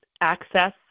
access